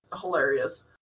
hilarious